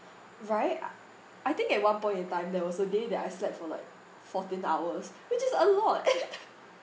right I think at one point in time there was a day that I slept for like fourteen hours which is a lot